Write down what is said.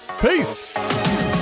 peace